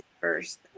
first